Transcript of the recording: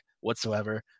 whatsoever